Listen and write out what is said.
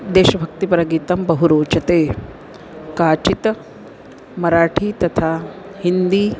देशभक्तिपरगीतं बहु रोचते काचित् मराठी तथा हिन्दी